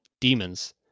demons